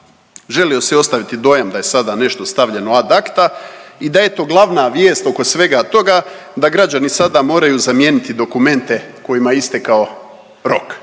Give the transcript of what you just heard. Želio se ostaviti dojam da je sada nešto stavljeno ad acta i da eto glavna vijest oko svega toga da građani sada moraju zamijeniti dokumente kojima je istekao rok,